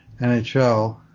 NHL